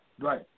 Right